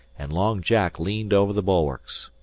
and long jack leaned over the bulwarks.